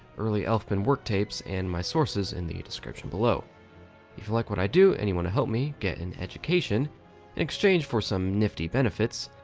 early elfman work tapes, and my sources in the description below. if you like what i do, and you want to help me get an education in exchange for some nifty benefits,